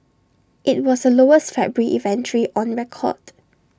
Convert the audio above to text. IT was the lowest February inventory on record